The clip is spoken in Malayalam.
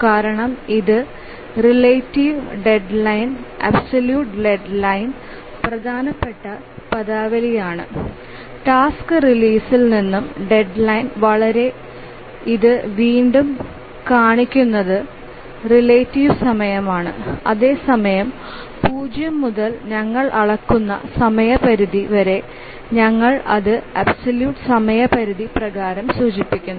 കാരണം ഇത് relative deadline absolute deadline പ്രധാനപ്പെട്ട പദാവലിയാണ് ടാസ്ക് റിലീസിൽ നിന്ന് ഡെഡ് ലൈന് വരെ ഇത് വീണ്ടും കാണിക്കുന്നത് റെലറ്റിവ് സമയമാണ് അതേസമയം പൂജ്യം മുതൽ ഞങ്ങൾ അളക്കുന്ന സമയപരിധി വരെ ഞങ്ങൾ അത് ആബ്സലൂറ്റ് സമയപരിധി പ്രകാരം സൂചിപ്പിക്കുന്നു